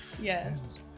Yes